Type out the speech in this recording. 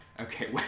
Okay